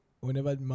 whenever